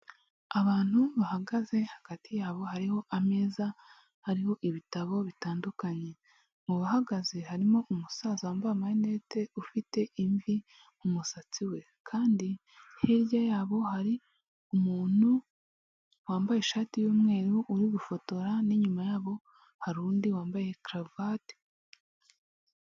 Abantu bahagaze hagati yabo hariho ameza hariho ibitabo bitandukanye, mu bahagaze harimo umusaza wambaye amarinete ufite imvi mu musatsi we kandi hirya yabo hari umuntu wambaye ishati y'umweru, uri gufotora n'inyuma yabo hariru undi wambaye karuvate.